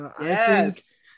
Yes